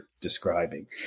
describing